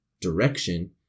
direction